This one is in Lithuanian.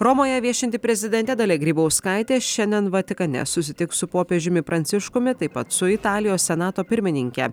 romoje viešinti prezidentė dalia grybauskaitė šiandien vatikane susitiks su popiežiumi pranciškumi taip pat su italijos senato pirmininke